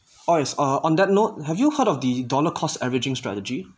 oh yes uh on that note have you heard of the dollar-cost averaging strategy